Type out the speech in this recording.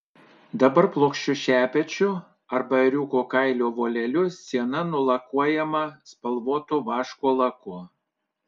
dabar plokščiu šepečiu arba ėriuko kailio voleliu siena nulakuojama spalvotu vaško laku